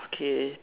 okay